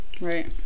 right